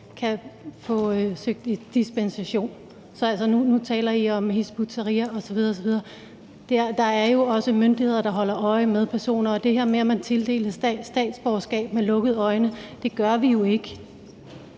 kan få dispensation. Altså, nu taler I om Hizb ut-Tahrir osv. osv. Der er jo også myndigheder, der holder øje med personer, og det her med at tildele statsborgerskaber med lukkede øjne gør vi jo ikke.